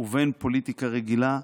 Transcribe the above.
ובין פוליטיקה רגילה,